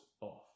off